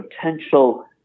potential